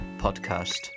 podcast